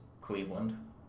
Cleveland